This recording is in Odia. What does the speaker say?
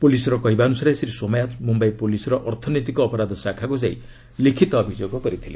ପୁଲିସ୍ର କହିବା ଅନୁସାରେ ଶ୍ରୀ ସୋମାୟା ମୁମ୍ୟାଇ ପୁଲିସ୍ର ଅର୍ଥନୈତିକ ଅପରାଧ ଶାଖାକୁ ଯାଇ ଲିଖିତ ଅଭିଯୋଗ କରିଥିଲେ